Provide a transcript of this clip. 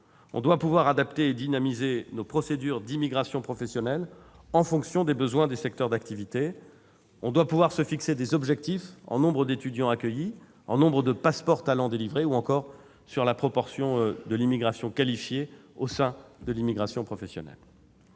On doit pouvoir adapter et dynamiser nos procédures d'immigration professionnelle en fonction des besoins des secteurs d'activité. On doit pouvoir se fixer des objectifs en nombre d'étudiants accueillis, en nombre de « passeports talents » délivrés, ou encore sur la proportion de l'immigration qualifiée au sein de l'immigration professionnelle.